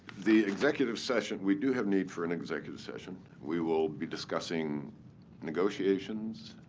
the executive session, we do have need for an executive session. we will be discussing negotiations,